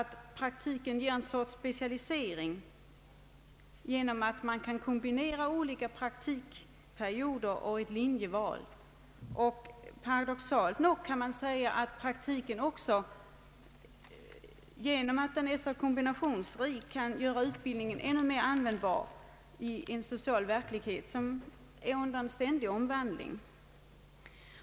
Praktiken ger en sorts specialisering genom kombination mellan praktikperioder och linjeval. Paradoxalt nog kan man säga att praktiken också genom sin kombinationsrikedom kan göra utbildningen än mer användbar i en social verklighet som är under ständig omvandling.